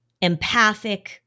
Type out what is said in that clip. empathic